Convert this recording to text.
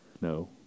no